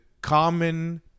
common